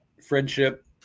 friendship